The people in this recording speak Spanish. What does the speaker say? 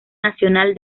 nacional